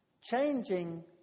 changing